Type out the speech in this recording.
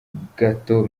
gato